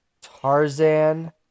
Tarzan